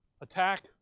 attack